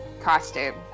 costume